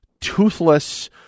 toothless